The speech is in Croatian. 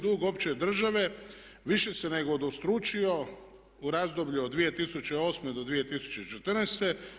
Dug opće države više se nego udvostručio u razdoblju od 2008. do 2014.